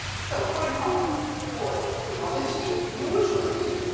so, for example, for theology, usually,